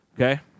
Okay